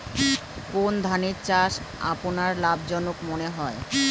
কোন ধানের চাষ আপনার লাভজনক মনে হয়?